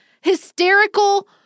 hysterical